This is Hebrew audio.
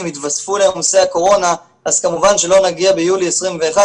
יתווספו לעומסי הקורונה אז כמובן שלא נגיע ביולי 21',